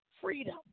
freedom